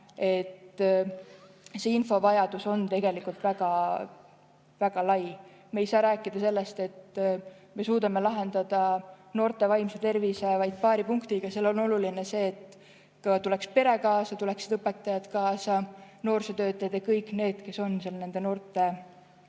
see infovajadus on tegelikult väga lai. Me ei saa rääkida sellest, et me suudame lahendada noorte vaimse tervise [probleemid] vaid paari punktiga. Oluline on see, et tuleks pere kaasa, tuleksid õpetajad kaasa, noorsootöötajad ja kõik need, kes on nende noorte ümber.